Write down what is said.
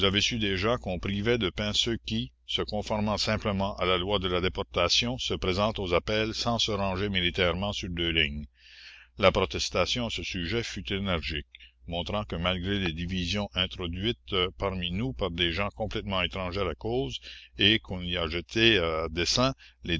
déjà qu'on privait de pain ceux qui se conformant simplement à la loi de la déportation se présentent aux appels sans se ranger militairement sur deux lignes la protestation à ce sujet fut énergique montrant que malgré les divisions introduites parmi nous par des gens complètement étrangers à la cause et qu'on y a jetés à dessein